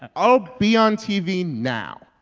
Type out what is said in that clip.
i'll be on tv now.